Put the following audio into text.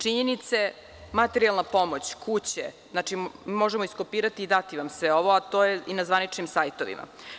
Činjenice, materijalna pomoć, kuće, znači, sve ovo možemo iskopirati i dati vam ovo, ali to je i na zvaničnim sajtovima.